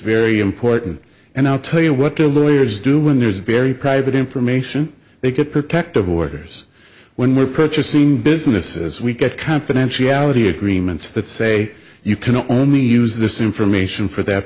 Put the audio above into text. very important and i'll tell you what their lawyers do when there's very private information they get protective orders when we're purchasing businesses we've got confidentiality agreements that say you can only use this information for that